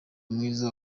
mwiza